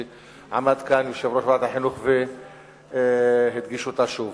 שעמד כאן יושב-ראש ועדת החינוך והדגיש אותה שוב.